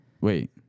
Wait